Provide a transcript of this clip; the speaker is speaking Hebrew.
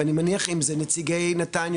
ואני מניח אם זה נציגי נתניה,